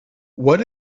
what